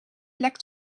lekt